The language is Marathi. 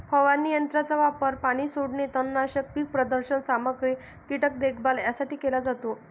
फवारणी यंत्राचा वापर पाणी सोडणे, तणनाशक, पीक प्रदर्शन सामग्री, कीटक देखभाल यासाठी केला जातो